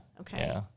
Okay